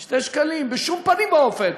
ל-2 שקלים בשום פנים ואופן,